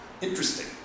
interesting